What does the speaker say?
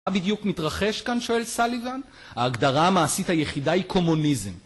מה בדיוק מתרחש כאן? שואל סליבן, ההגדרה המעשית היחידה היא קומוניזם